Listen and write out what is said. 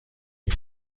این